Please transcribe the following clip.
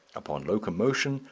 upon locomotion,